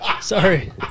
Sorry